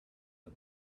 the